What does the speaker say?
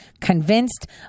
convinced